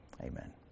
Amen